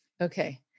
Okay